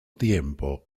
tiempo